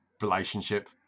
relationship